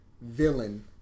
villain